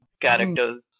characters